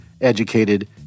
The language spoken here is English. educated